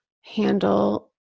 handle